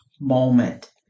moment